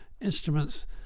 instruments